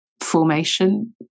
formation